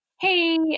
hey